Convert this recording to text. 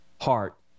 heart